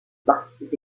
participe